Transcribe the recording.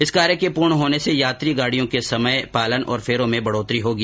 इस कार्य के पूर्ण होने से यात्री गाडियों के समय पालन और फैरों में बढोतरी होगी